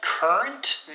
Current